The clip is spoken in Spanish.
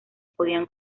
podían